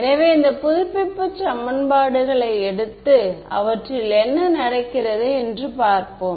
எனவே இந்த புதுப்பிப்பு சமன்பாடுகளை எடுத்து அவற்றில் என்ன நடக்கிறது என்று பார்ப்போம்